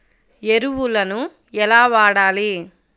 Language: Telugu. ఎరువులను ఎలా వాడాలి?